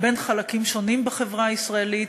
בין חלקים שונים בחברה הישראלית.